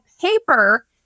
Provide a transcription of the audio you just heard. paper